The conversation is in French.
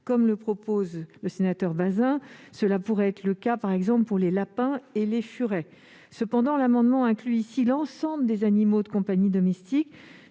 comme le propose M. Bazin : cela pourrait être le cas, par exemple, pour les lapins et les furets. Cependant, l'amendement tend ici à inclure l'ensemble des animaux de compagnie domestiques,